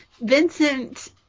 Vincent